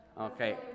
Okay